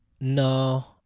No